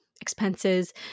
expenses